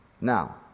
now